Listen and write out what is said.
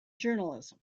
journalism